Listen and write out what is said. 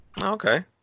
Okay